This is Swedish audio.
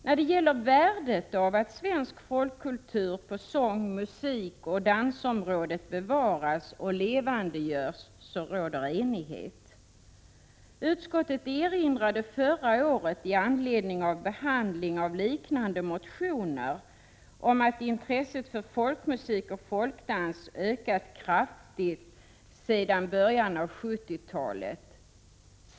När det gäller värdet av att svensk folkkultur på sång-, musikoch dansområdet bevaras och levandegörs råder enighet. Utskottet erinrade förra året i anledning av behandling av liknande motioner om att intresset för folkmusik och folkdans ökat kraftigt sedan början av 70-talet.